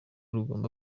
rugomba